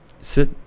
sit